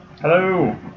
hello